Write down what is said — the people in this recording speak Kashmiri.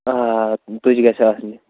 آ تُجہِ گَژھِ آسنہِ